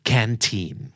Canteen